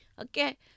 Okay